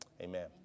amen